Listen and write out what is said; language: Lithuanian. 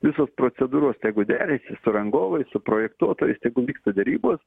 visos procedūros tegu deri su rangovais su projektuotojais tegul vyksta derybos